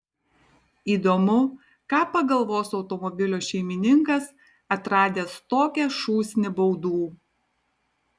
įdomu ką pagalvos automobilio šeimininkas atradęs tokią šūsnį baudų